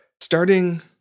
starting